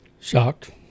Shocked